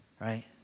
right